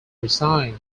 resigned